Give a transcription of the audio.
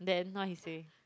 then what he say